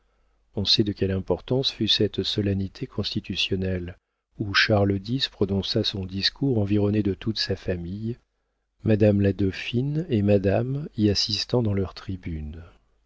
on sait de quelle importance fut cette solennité constitutionnelle où charles x prononça son discours environné de toute sa famille madame la dauphine et madame y assistant dans leur tribune